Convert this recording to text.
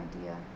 idea